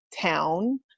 town